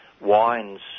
wine's